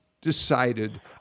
decided